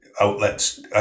outlets